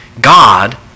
God